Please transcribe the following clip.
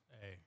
hey